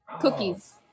Cookies